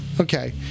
okay